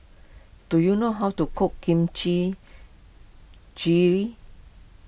do you know how to cook Kimchi